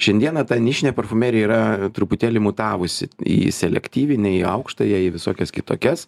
šiandieną ta nišinė parfumerija yra truputėlį mutavusi į selektyvinę į aukštąją į visokias kitokias